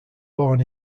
born